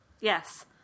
Yes